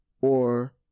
or-